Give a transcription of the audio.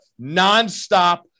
nonstop